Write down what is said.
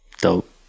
Dope